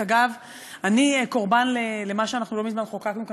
אני קורבן למה שאנחנו לא מזמן חוקקנו כאן,